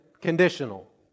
Conditional